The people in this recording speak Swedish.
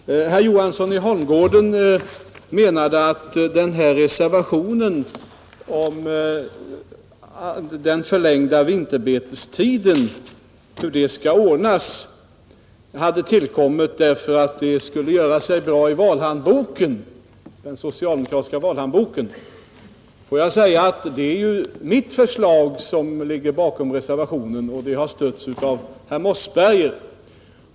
Herr talman! Herr Johansson i Holmgården menade att reservationen om hur den förlängda vinterbetestiden skall ordnas har tillkommit för att det gjorde sig bra i den socialdemokratiska valhandboken. Då vill jag säga att det är mitt förslag som ligger bakom reservationen, och det förslaget har stötts av herr Mossberger.